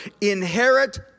inherit